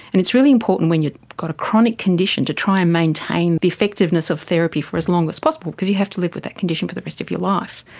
and it's really important when you've got a chronic condition to try and maintain the effectiveness of therapy for as long as possible because you have to live with that condition for the rest of your life.